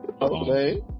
Okay